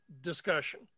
discussion